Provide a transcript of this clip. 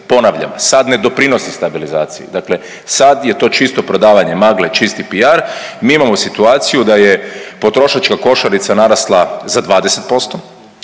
Ponavljam, sad ne doprinosi stabilizaciji, dakle sad je to čisto prodavanje magle, čisti PR. Mi imamo situaciju da je potrošačka košarica narasla za 20%,